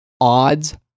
odds